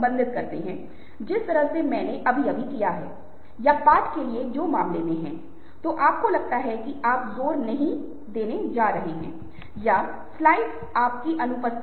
हम कहते हैं कि NRI लोग भारत में होने वाली किसी चीज़ का जवाब देंगे इसलिए स्थान की विशिष्टता है